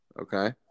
Okay